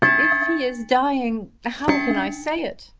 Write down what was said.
if he is dying how can i say it?